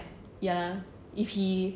ya if he